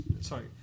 sorry